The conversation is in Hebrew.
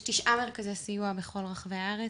יש תשעה מרכזי סיוע בכל רחבי הארץ